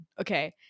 okay